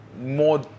more